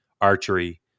archery